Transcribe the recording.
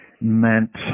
meant